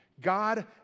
God